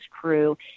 crew